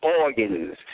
organs